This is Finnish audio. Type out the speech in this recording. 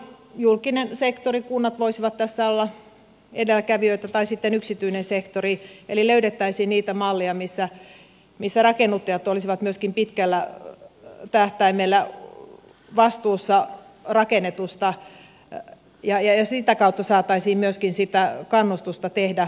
julkinen sektori kunnat voisivat tässä olla edelläkävijöitä tai sitten yksityinen sektori eli löydettäisiin niitä malleja missä rakennuttajat olisivat myöskin pitkällä tähtäimellä vastuussa rakennetusta ja sitä kautta saataisiin myöskin sitä kannustusta tehdä parempaa